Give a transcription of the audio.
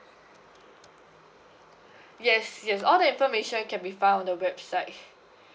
yes yes all the information can be found on the website